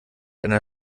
einer